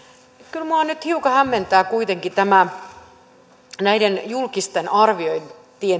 kyllä minua nyt hiukan hämmentää kuitenkin näiden julkisten arviointien